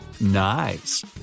Nice